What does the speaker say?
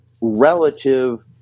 relative